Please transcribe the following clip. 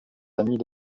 amis